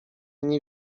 nie